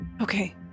Okay